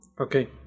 Okay